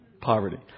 poverty